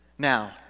Now